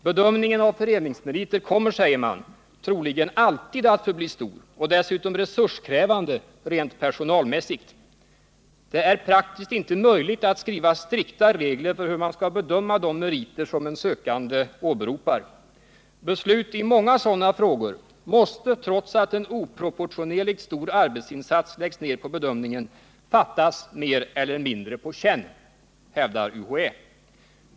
Bedömningen av föreningsmeriter kommer, säger man, troligen alltid att förbli svår och dessutom resurskrävande rent personalmässigt. Det är inte praktiskt möjligt att skriva strikta regler för hur man skall bedöma de meriter som en sökande åberopar. Beslut i många sådana frågor måste trots att en oproportionerligt stor arbetsinsats läggs ner på bedömningen fattas mer eller mindre på känn, hävdar UHÄ.